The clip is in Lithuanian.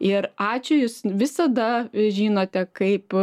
ir ačiū jūs visada žinote kaip